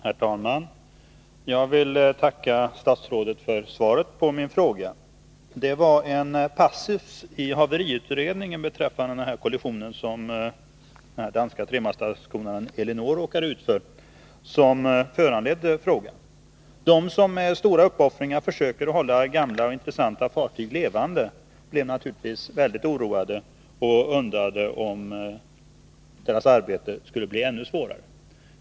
Herr talman! Jag vill tacka statsrådet för svaret på min fråga. Det var en passus i haveriutredningen beträffande den kollision som den danska tremastarskonaren Elinor råkade ut för som föranledde frågan. De som med stora uppoffringar försöker hålla gamla och intressanta fartyg levande blev oroade och undrade om deras arbete skulle bli ännu svårare.